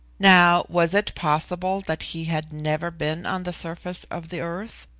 now, was it possible that he had never been on the surface of the earth,